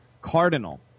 Cardinal